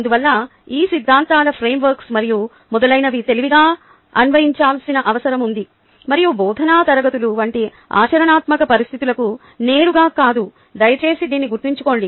అందువల్ల ఈ సిద్ధాంతాల ఫ్రేమ్వర్క్లను మరియు మొదలైనవి తెలివిగా అన్వయించాల్సిన అవసరం ఉంది మరియు బోధనా తరగతులు వంటి ఆచరణాత్మక పరిస్థితులకు నేరుగా కాదు దయచేసి దీన్ని గుర్తుంచుకోండి